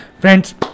Friends